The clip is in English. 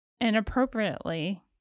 inappropriately